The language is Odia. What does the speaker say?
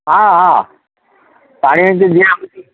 ହଁ ହଁ ପାଣି ଏଠି ଦିଆଯାଉଛି